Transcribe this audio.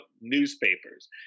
newspapers